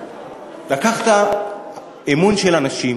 לקחת אמון של אנשים